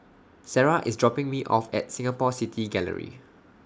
Sarrah IS dropping Me off At Singapore City Gallery